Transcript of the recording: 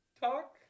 talk